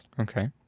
Okay